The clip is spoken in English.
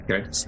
okay